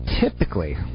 typically